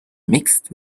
mixed